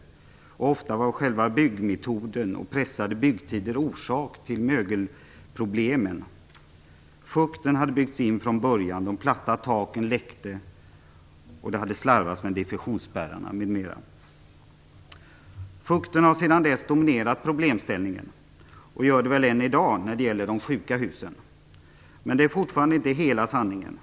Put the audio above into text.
Ofta var själva byggmetoden och pressade byggtider orsaker till mögelproblemen. Fukten hade byggts in från början, de platta taken läckte och det hade slarvats med diffusionsspärrarna m.m. Fukten har sedan dess dominerat problemet och gör det väl än i dag när det gäller de sjuka husen. Men det är fortfarande inte hela sanningen.